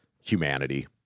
humanity